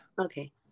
Okay